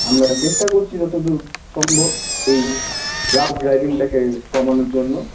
আমরা চেষ্টা করছি যতদূর সম্ভব এই রাফ ড্রাইভিংটাকে কমানোর জন্য